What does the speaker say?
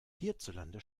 hierzulande